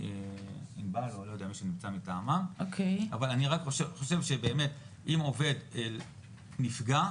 אבל אני חושב שבאמת, אם עובד נפגע,